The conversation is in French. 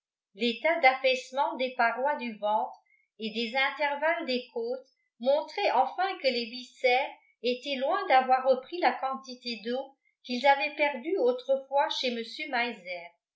l'état d'affaissement des parois du ventre et des intervalles des côtes montrait enfin que les viscères étaient loin d'avoir repris la quantité d'eau qu'ils avaient perdue autrefois chez